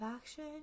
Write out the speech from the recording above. action